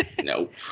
Nope